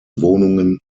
wohnungen